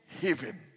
heaven